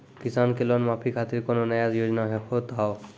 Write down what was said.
किसान के लोन माफी खातिर कोनो नया योजना होत हाव?